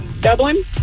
Dublin